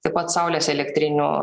taip pat saulės elektrinių